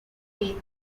faith